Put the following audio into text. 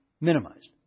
minimized